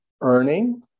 earning